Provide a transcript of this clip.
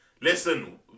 Listen